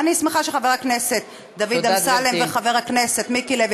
אני שמחה שחבר הכנסת דוד אמסלם וחבר הכנסת מיקי לוי,